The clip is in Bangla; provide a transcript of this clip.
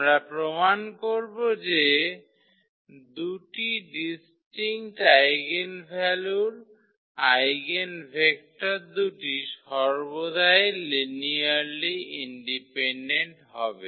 আমরা প্রমান করব যে দুটি ডিস্টিঙ্কট আইগেনভ্যালুর আইগেনভেক্টর দুটি সর্বদাই লিনিয়ারলি ইন্ডিপেনডেন্ট হবে